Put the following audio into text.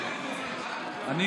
אי-אפשר להתחיל מהתחלה, אזל הזמן.